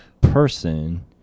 person